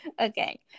Okay